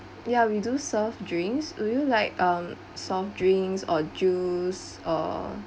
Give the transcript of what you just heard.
ya we do serve drinks will you like um soft drinks or juice or